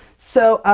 so,